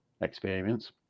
experience